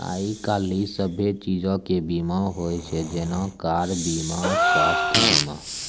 आइ काल्हि सभ्भे चीजो के बीमा होय छै जेना कार बीमा, स्वास्थ्य बीमा